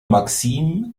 maxime